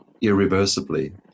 irreversibly